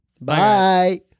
bye